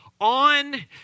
on